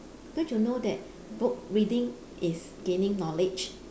don't you know that book reading is gaining knowledge